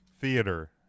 Theater